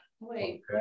Wait